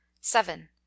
seven